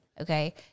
okay